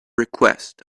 request